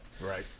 Right